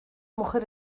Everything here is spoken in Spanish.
mujer